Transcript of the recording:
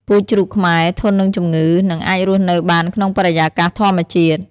ពូជជ្រូកខ្មែរ ធន់នឹងជំងឺ និងអាចរស់នៅបានក្នុងបរិយាកាសធម្មជាតិ។